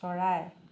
চৰাই